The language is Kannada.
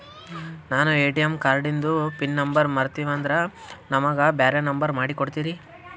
ನಾನು ಎ.ಟಿ.ಎಂ ಕಾರ್ಡಿಂದು ಪಿನ್ ನಂಬರ್ ಮರತೀವಂದ್ರ ನಮಗ ಬ್ಯಾರೆ ನಂಬರ್ ಮಾಡಿ ಕೊಡ್ತೀರಿ?